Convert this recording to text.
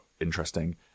interesting